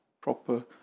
proper